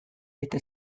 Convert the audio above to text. eta